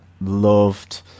Loved